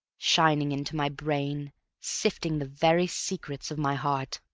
shining into my brain sifting the very secrets of my heart.